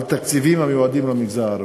על תקציבים המיועדים למגזר הערבי.